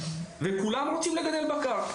כולם רוצים לגדל בקר,